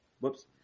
Whoops